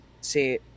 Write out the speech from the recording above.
See